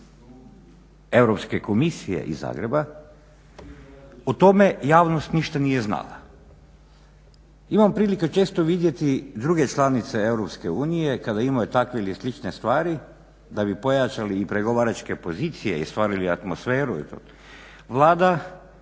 Europske komisije i Zagreba o tome javnost ništa nije znala. Imam prilike često vidjeti druge članice EU kada imaju takve ili slične stvari da bi pojačali i pregovaračke pozicije i stvorili atmosferu Vlada